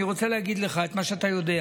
אני רוצה להגיד לך את מה שאתה יודע,